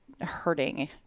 hurting